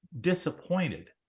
disappointed